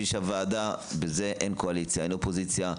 בזה אין קואליציה ואין אופוזיציה,